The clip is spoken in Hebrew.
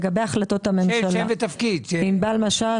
ענבל משש,